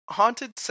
haunted